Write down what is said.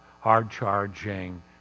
hard-charging